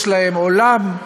יש להם עולם,